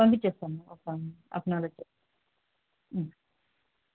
పంపించేస్తాము ఒక half an hour అంతే